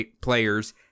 players